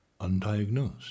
undiagnosed